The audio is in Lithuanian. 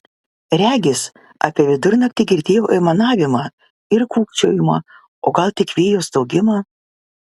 regis apie vidurnaktį girdėjau aimanavimą ir kūkčiojimą o gal tik vėjo staugimą